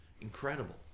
Incredible